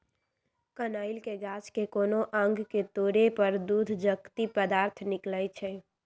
कनइल के गाछ के कोनो अङग के तोरे पर दूध जकति पदार्थ निकलइ छै